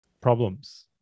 problems